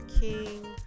king